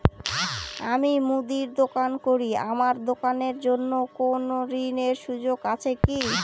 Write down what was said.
আমি মুদির দোকান করি আমার দোকানের জন্য কোন ঋণের সুযোগ আছে কি?